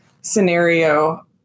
scenario